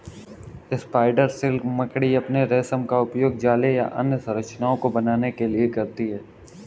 spider silk मकड़ी अपने रेशम का उपयोग जाले या अन्य संरचनाओं को बनाने के लिए करती हैं